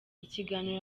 ikiganiro